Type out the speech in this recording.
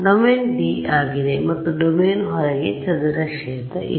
domain D ಆಗಿದೆ ಮತ್ತು domain ಹೊರಗೆ ಚದುರಿದ ಕ್ಷೇತ್ರ ಇದೆ